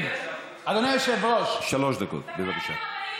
אדוני היושב-ראש, שלוש דקות, בבקשה.